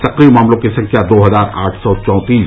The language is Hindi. सक्रिय मामलों की संख्या दो हजार आठ सौ चौंतीस